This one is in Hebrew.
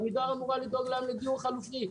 שעמידר אמורה לדאוג להם לדיור חלופי.